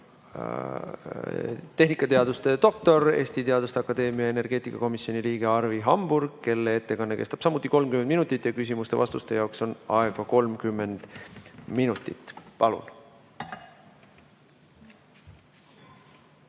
tehnikateaduste doktor, Eesti Teaduste Akadeemia energeetikakomisjoni liige Arvi Hamburg, kelle ettekanne kestab samuti 30 minutit ja ka küsimuste-vastuste jaoks on aega 30 minutit. Palun!